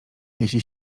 jeśli